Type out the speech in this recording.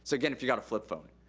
so again, if ya got a flip phone.